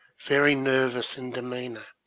very nervous in demeanour.